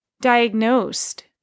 diagnosed